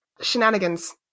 Shenanigans